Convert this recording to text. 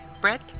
Brett